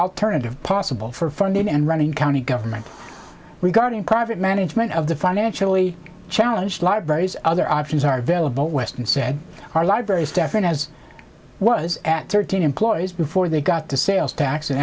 alternative possible for funding and running county government regarding private management of the financially challenged libraries other options are available weston said our library staff it has was at thirteen employees before they got the sales tax and